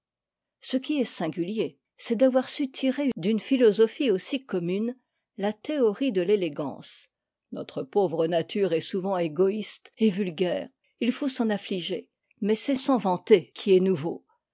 ce qui est singulier c'est d'avoir su tirer d'une philosophie aussi commune la théorie de l'élégance notre pauvre nature est souvent égoïste et vulgaire il faut s'en affliger mais c'est s'en vanter qui est nouveau